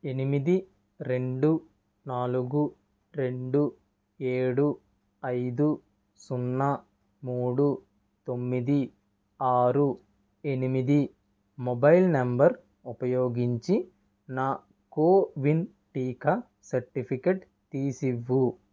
ఎనిమిది రెండు నాలుగు రెండు ఏడు ఐదు సున్నా మూడు తొమ్మిది ఆరు ఎనిమిది మొబైల్ నంబర్ ఉపయోగించి నా కోవిన్ టీకా సర్టిఫికేట్ తీసివ్వు